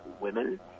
women